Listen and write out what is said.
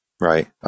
Right